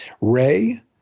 Ray